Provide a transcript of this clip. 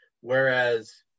whereas